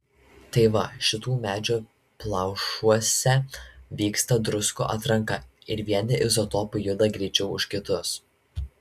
tai va šitų medžių plaušuose vyksta druskų atranka ir vieni izotopai juda greičiau už kitus